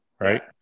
right